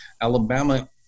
Alabama